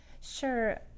Sure